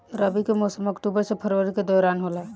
रबी के मौसम अक्टूबर से फरवरी के दौरान होला